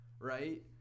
right